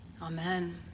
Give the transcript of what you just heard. Amen